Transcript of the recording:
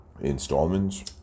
installments